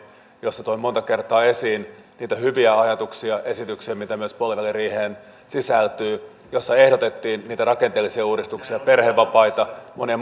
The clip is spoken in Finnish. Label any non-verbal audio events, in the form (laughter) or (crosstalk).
jossa toin monta kertaa esiin niitä hyviä ajatuksia ja esityksiä mitä puoliväliriiheen myös sisältyy joissa ehdotettiin rakenteellisia uudistuksia perhevapaita monia (unintelligible)